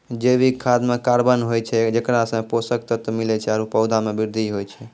जैविक खाद म कार्बन होय छै जेकरा सें पोषक तत्व मिलै छै आरु पौधा म वृद्धि होय छै